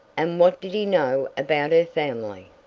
and what did he know about her family?